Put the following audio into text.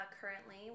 currently